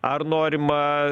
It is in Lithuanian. ar norima